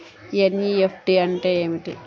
NEFT అంటే ఏమిటీ?